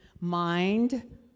Mind